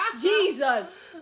Jesus